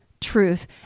truth